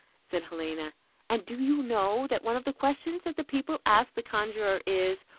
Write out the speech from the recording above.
said helena and do you know, that one of the questions that the people ask the conjuror is,